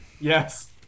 Yes